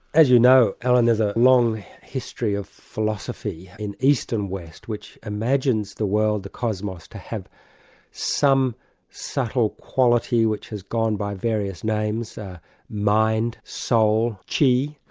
as you know, alan, there's a long history of philosophy in east and west, which imagines the world, the cosmos, to have some subtle quality which has gone by various names mind, soul, chi.